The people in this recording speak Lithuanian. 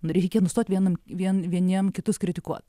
reikia nustot vienam vien vieniem kitus kritikuot